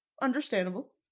understandable